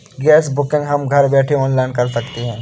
gas booking हम घर बैठे ऑनलाइन कर सकते है